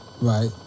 Right